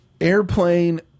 Airplane